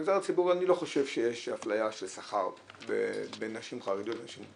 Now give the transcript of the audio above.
במגזר הציבורי אני לא חושב שיש אפליה של שכר בין לנשים חרדיות לנשים,